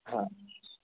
हां